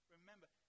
Remember